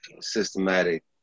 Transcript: systematic